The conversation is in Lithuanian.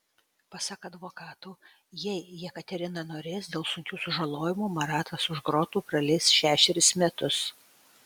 pasak advokatų jei jekaterina norės dėl sunkių sužalojimų maratas už grotų praleis šešerius metus